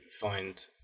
find